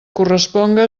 corresponga